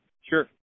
Sure